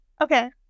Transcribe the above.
Okay